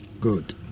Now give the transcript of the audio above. Good